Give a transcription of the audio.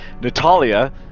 natalia